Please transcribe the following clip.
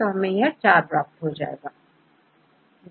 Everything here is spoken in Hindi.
तो हमें4 प्राप्त होगा